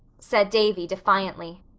said davy defiantly,